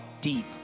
deep